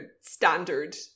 standard